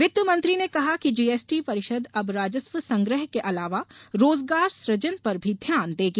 वित्त मंत्री ने कहा कि जीएसटी परिषद अब राजस्व संग्रह के अलावा रोजगार सुजन पर भी ध्यान देगी